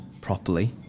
properly